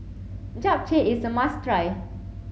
Japchae is a must try